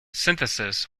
synthesis